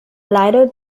leider